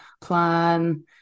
plan